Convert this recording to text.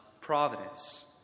providence